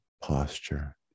posture